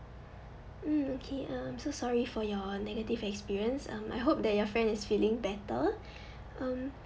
mm okay I'm so sorry for your negative experience um I hope that your friend is feeling better um